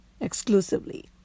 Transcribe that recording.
exclusively